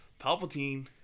Palpatine